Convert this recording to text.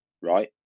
right